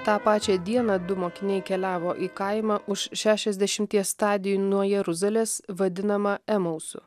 tą pačią dieną du mokiniai keliavo į kaimą už šešiasdešimties stadijų nuo jeruzalės vadinamą emausu